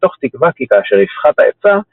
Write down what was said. מתוך תקווה כי כאשר יפחת ההיצע,